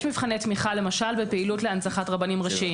מבחני תמיכה למשל בפעילות להנצחת רבנים ראשיים.